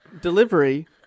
delivery